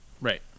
Right